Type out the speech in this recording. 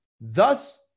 thus